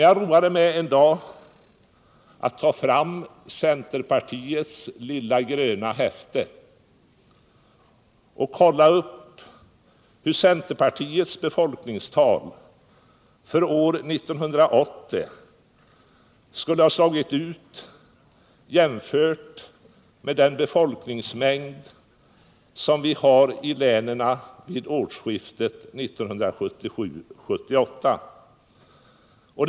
Jag roade mig en dag med att ta fram centerpartiets lilla gröna häfte och jämföra centerpartiets befolkningstal för år 1980 med den befolkningsmängd som vi hade i länen vid årsskiftet 1977-1978.